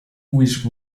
wish